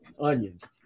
onions